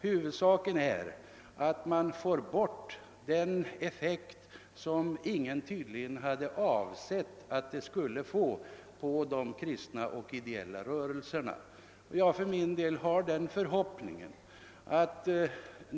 Huvudsaken är att man får bort den effekt på de kristna och ideella rörelserna som tydligen ingen avsett.